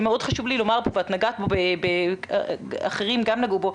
שמאוד חשוב לי לומר פה ואת נגעת בו ואחרים גם נגעו בו,